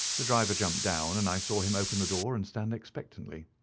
the driver jumped down, and i saw him open the door and stand expectantly.